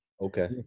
Okay